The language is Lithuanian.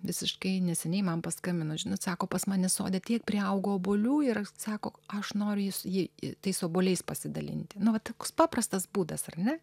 visiškai neseniai man paskambino žinute sako pas mane sode tiek priaugo obuolių ir sako aš noriu jus ji ir tais obuoliais pasidalinti savo tiks paprastas būdas ar ne